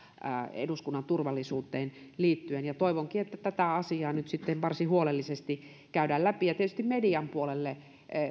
eduskunnan turvallisuuteen liittyen toivonkin että tätä asiaa nyt sitten varsin huolellisesti käydään läpi tietysti median puolelle on